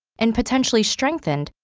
and potentially strengthened,